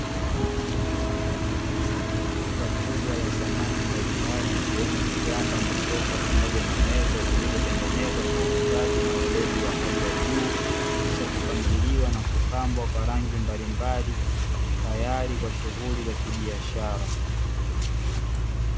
Duka kubwa la samani mbalimbali ikiwemo, vitanda na masofa pamoja na meza vilivyotengenezwa kwa ustadi na weledi wa hali ya juu, kisha kupangiliwa na kupambwa kwa rangi mbalimbali, tayari kwa shughuli za kibiashara.